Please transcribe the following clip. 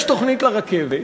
יש תוכנית לרכבת,